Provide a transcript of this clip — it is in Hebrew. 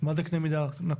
מה זה קנה מידה נקוב?